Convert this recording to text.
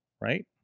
right